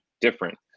different